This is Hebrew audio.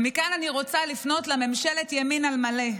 ומכאן אני רוצה לפנות לממשלת ימין על מלא: